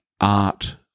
art